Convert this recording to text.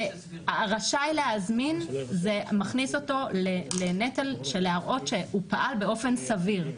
"רשאי להזמין" מכניס אותו לנטל של להראות שהוא פעל באופן סביר.